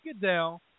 Goodell